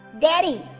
Daddy